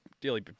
daily